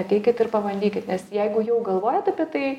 ateikit ir pabandykit nes jeigu jau galvojat apie tai